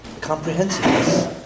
comprehensiveness